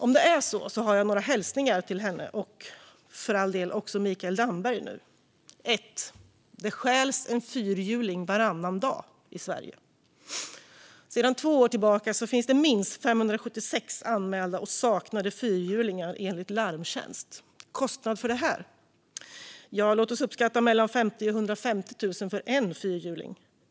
Om det är så har jag några hälsningar till henne och för all del också till Mikael Damberg nu: Det stjäls en fyrhjuling varannan dag i Sverige. Sedan två år tillbaka finns det minst 576 anmälda och saknade fyrhjulingar, enligt Larmtjänst. Vad är kostnaden för det här? Låt oss uppskatta mellan 50 000 och 150 000 kronor för en fyrhjuling.